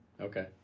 Okay